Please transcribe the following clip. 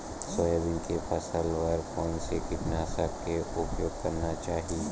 Soybean के फसल बर कोन से कीटनाशक के उपयोग करना चाहि?